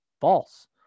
false